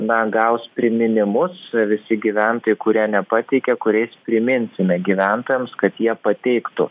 na gaus priminimus visi gyventojai kurie nepateikė kuriais priminsime gyventojams kad jie pateiktų